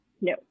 No